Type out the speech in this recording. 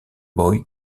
boy